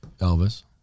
Elvis